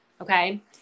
okay